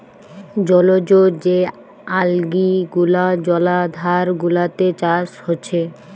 জলজ যে অ্যালগি গুলা জলাধার গুলাতে চাষ হচ্ছে